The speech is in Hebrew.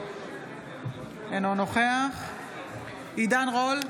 אינו נוכח עידן רול,